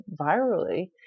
virally